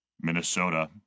Minnesota